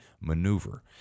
maneuver